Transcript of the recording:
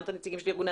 גם את נציגי הסביבה